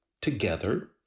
together